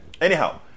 Anyhow